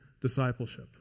discipleship